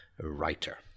writer